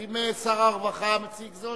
רבותי,